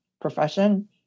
profession